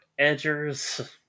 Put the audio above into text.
Edgers